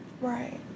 Right